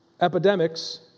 Epidemics